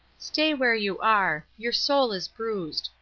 stay where you are. your soul is bruised.